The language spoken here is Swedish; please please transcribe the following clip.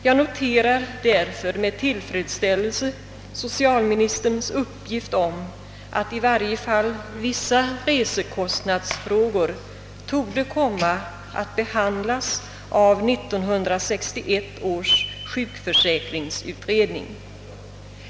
Därför noterar jag med tillfredsställelse socialministerns uppgift att i varje fall vissa resekostnadsfrågor torde komma att behandlas av 1961 års sjukförsäkringsutredning.